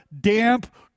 damp